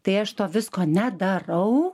tai aš to visko nedarau